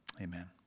Amen